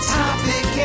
topic